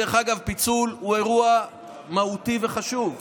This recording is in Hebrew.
דרך אגב, פיצול הוא אירוע מהותי וחשוב.